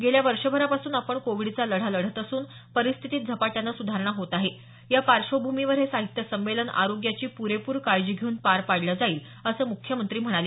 गेल्या वर्षभरापासून आपण कोविडचा लढा लढत असून परिस्थितीत झपाट्यानं सुधारणा होत आहे या पार्श्वभूमीवर हे साहित्य संमेलन आरोग्याची प्रेपूर काळजी घेऊन पार पाडलं जाईल असं मुख्यमंत्री म्हणाले